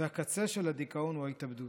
והקצה של הדיכאון הוא ההתאבדות.